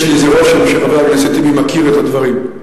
יש לי איזה רושם שחבר הכנסת טיבי מכיר את הדברים.